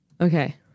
Okay